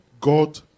God